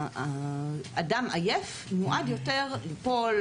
אדם עייף מועד יותר ליפול,